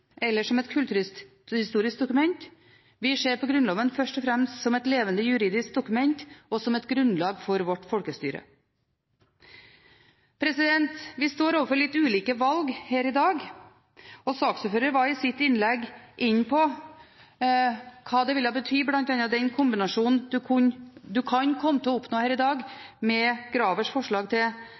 eller som et kulturhistorisk dokument. Vi ser på Grunnloven først og fremst som et levende, juridisk dokument og som et grunnlag for vårt folkestyre. Vi står overfor litt ulike valg her i dag. Saksordføreren var i sitt innlegg inne på hva bl.a. den kombinasjonen en kan komme til å få her i dag – Gravers forslag til